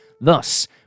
Thus